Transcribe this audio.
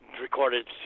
recorded